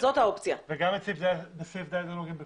את סעיף (ד) את